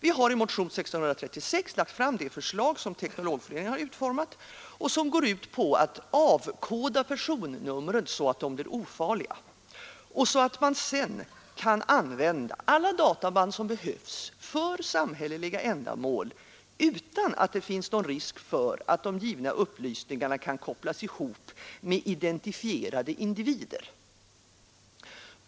Vi har i motionen 1636 lagt fram det förslag som Teknologföreningen utformat och som går ut på att avkoda personnumren, så att de blir ofarliga, och så att man sedan kan använda alla databand som behövs för samhälleliga ändamål, utan att det finns någon risk för att de givna upplysningarna kan kopplas ihop med identifierade individer.